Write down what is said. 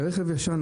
כרכב ישן,